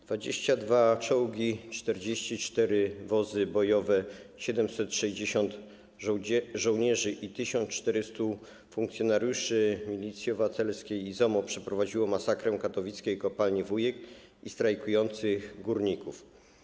22 czołgi, 44 wozy bojowe, 760 żołnierzy i 1400 funkcjonariuszy Milicji Obywatelskiej i ZOMO - przy udziale takich sił przeprowadzono masakrę katowickiej kopalni Wujek i strajkujących górników.